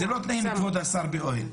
זה לא תנאים, כבוד השר, באוהל.